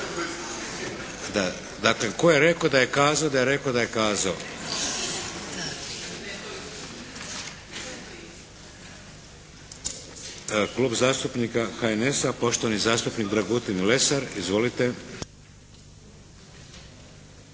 Dakle tko je rekao da je kazao da je rekao da je kazao? Klub zastupnika HNS-a, poštovani zastupnik Dragutin Lesar. Izvolite.